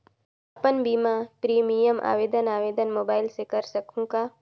अपन बीमा प्रीमियम आवेदन आवेदन मोबाइल से कर सकहुं का?